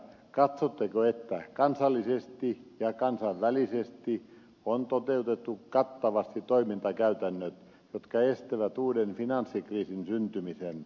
katsotteko että kansallisesti ja kansainvälisesti on toteutettu kattavasti toimintakäytännöt jotka estävät uuden finanssikriisin syntymisen